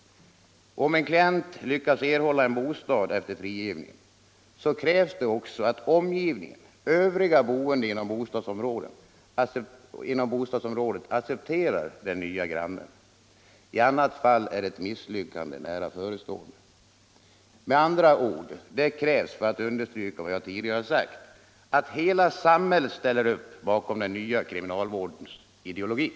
Om en klient lyckas erhålla en bostad efter frigivningen, så krävs det också att omgivningen, övriga boende inom bostadsområdet accepterar den nya grannen; i annat fall är ett misslyckande nära förestående. Med andra ord: Det krävs för att understryka vad jag tidigare sagt att hela samhället ställer upp bakom den nya kriminalvårdens ideologi.